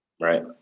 Right